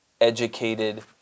educated